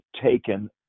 taken